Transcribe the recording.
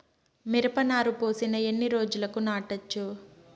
మిరప నారు పోసిన ఎన్ని రోజులకు నాటచ్చు?